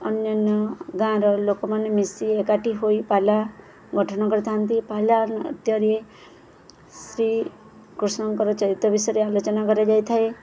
ଅନ୍ୟାନ୍ୟ ଗାଁର ଲୋକମାନେ ମିଶି ଏକାଠି ହୋଇ ପାଲା ଗଠନ କରିଥାନ୍ତି ପାଲା ନତ୍ୟରେ ଶ୍ରୀକୃଷ୍ଣଙ୍କର ଚରିତ ବିଷୟରେ ଆଲୋଚନା କରାଯାଇଥାଏ